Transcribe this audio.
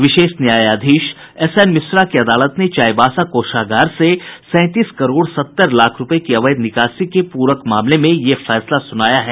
विशेष न्यायाधीश S N Mishra की अदालत ने चाईबासा कोषागार से सैंतीस करोड़ सत्तर लाख रुपये की अवैध निकासी के प्रक मामले में यह फैसला सुनाया है